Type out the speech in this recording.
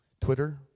Twitter